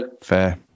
Fair